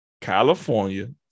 California